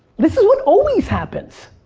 this is what always happens.